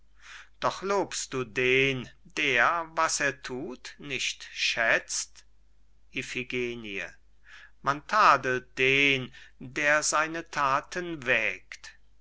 doch lobst du den der was er thut nicht schätzt iphigenie man tadelt den der seine thaten wägt